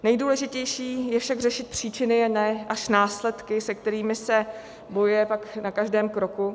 Nejdůležitější je však řešit příčiny, ne až následky, se kterými se pak bojuje na každém kroku.